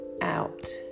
out